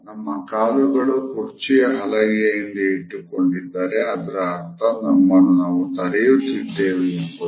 ನಮ್ಮ ಕಾಲುಗಳು ಕುರ್ಚಿಯ ಹಲಗೆಯ ಹಿಂದೆ ಇಟ್ಟುಕೊಂಡರೆ ಅದರ ಅರ್ಥ ನಮ್ಮನ್ನು ನಾವು ತಡೆಯುತ್ತಿದ್ದೇವೆ ಎಂಬುದು